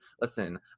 listen